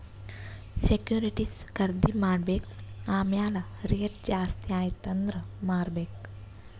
securities ಖರ್ದಿ ಮಾಡ್ಬೇಕ್ ಆಮ್ಯಾಲ್ ರೇಟ್ ಜಾಸ್ತಿ ಆಯ್ತ ಅಂದುರ್ ಮಾರ್ಬೆಕ್